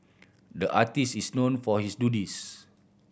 the artist is known for his doodles